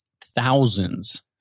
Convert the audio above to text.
thousands